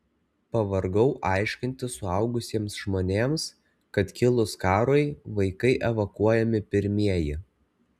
pavargau aiškinti suaugusiems žmonėms kad kilus karui vaikai evakuojami pirmieji